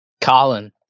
Colin